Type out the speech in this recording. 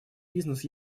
бизнес